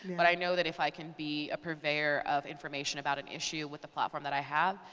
but i know that if i can be a purveyor of information about an issue with the platform that i have,